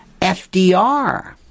FDR